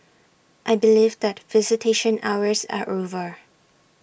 I believe that visitation hours are over